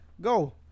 Go